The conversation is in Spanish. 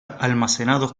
almacenados